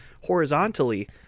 horizontally